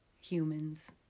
humans